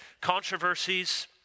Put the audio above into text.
controversies